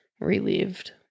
relieved